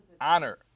Honor